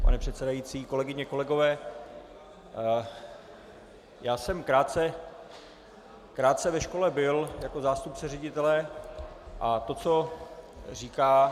Pane předsedající, kolegyně a kolegové, já jsem krátce ve škole byl jako zástupce ředitele, a to, co říká